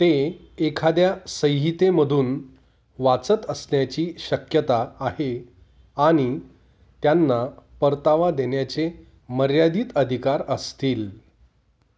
ते एखाद्या संहितेमधून वाचत असण्याची शक्यता आहे आणि त्यांना परतावा देण्याचे मर्यादित अधिकार असतील